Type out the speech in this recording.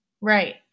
right